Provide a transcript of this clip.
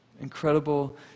incredible